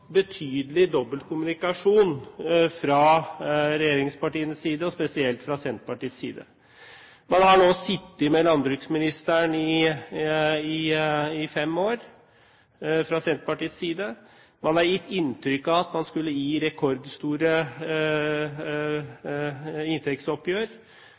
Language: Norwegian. betydelig dobbeltkommunikasjon fra regjeringspartienes side, spesielt fra Senterpartiets side. Senterpartiet har nå sittet med landbruksministeren i fem år. Man har gitt inntrykk av at man skulle gi rekordstore